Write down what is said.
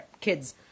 kids